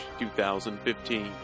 2015